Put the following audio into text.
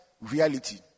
reality